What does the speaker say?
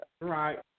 Right